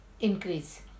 Increase